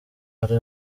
ari